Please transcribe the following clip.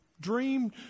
Dream